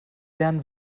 lernen